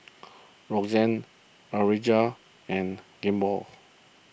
Roxane Urijah and Gilmore